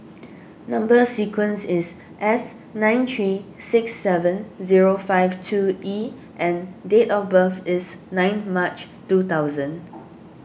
Number Sequence is S nine three six seven zero five two E and date of birth is nine March two thousand